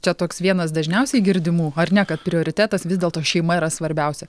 čia toks vienas dažniausiai girdimų ar ne kad prioritetas vis dėlto šeima yra svarbiausia